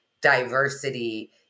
diversity